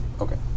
Okay